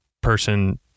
person